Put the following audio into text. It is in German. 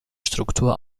struktur